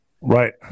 Right